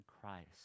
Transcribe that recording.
Christ